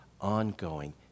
ongoing